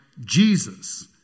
Jesus